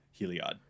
Heliod